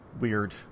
weird